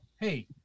hey